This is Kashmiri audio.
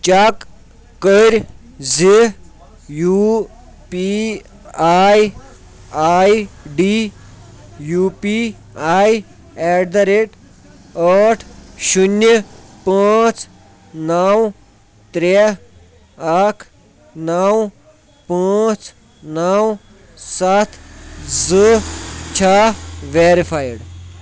چیک کٔرۍ زِ U P I I D U P I at the rate ٲٹھ شُنیہِ پانٛژھ نو ترٛےٚ اکھ نو پانٛژھ نو سَتھ زٕ چھا ویرِفایِڈ